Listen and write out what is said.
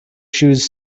shoes